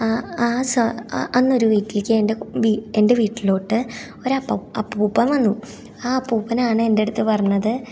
ആ ആ സൊ ആ അന്നൊരു വീട്ടിലേക്ക് എൻറെ വീ എൻറെ വീട്ടിലോട്ട് ഒരു അപ്പാ അപ്പൂപ്പൻ വന്നു ആ അപ്പൂപ്പനാണ് എന്റെ അടുത്ത് പറഞ്ഞത്